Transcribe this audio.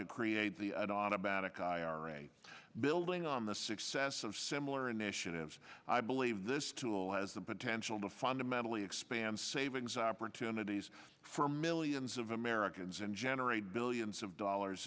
to create the automatic ira building on the success of similar initiatives i believe this tool has the potential to fundamentally expand savings opportunities for millions of americans and generate billions of dollars